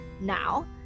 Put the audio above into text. now